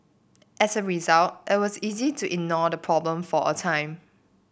as a result it was easy to ignore the problem for a time